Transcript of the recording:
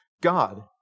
God